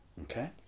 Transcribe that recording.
Okay